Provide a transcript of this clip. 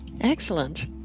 Excellent